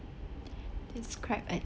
describe a